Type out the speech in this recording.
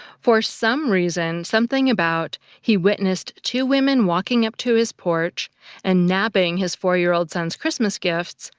for some reason, something about he witnessed two women walking up to his porch and nabbing his four-year-old son's christmas gifts,